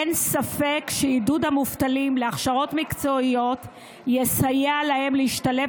אין ספק שעידוד המובטלים להכשרות מקצועיות יסייע להם להשתלב